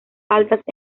altas